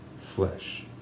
flesh